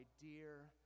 dear